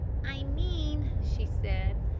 i mean, she said,